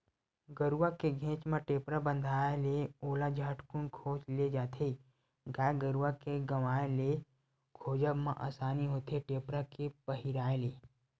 गरुवा के घेंच म टेपरा बंधाय ले ओला झटकून खोज ले जाथे गाय गरुवा के गवाय ले खोजब म असानी होथे टेपरा के पहिराय ले